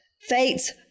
Fate's